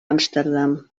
amsterdam